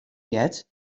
heard